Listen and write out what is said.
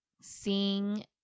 seeing